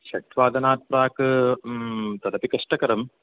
षड्वादनात् प्राक् तदपि कष्टकरम्